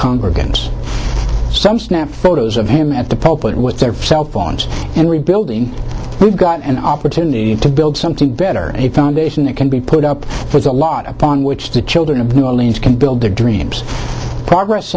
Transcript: congregants some snap photos of him at the pulpit with their cell phones and rebuilding we've got an opportunity to build something better a foundation that can be put up with a lot upon which the children of new orleans can build their dreams progress